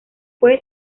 fue